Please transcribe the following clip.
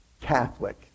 Catholic